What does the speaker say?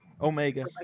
Omega